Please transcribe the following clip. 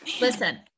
Listen